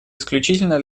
исключительно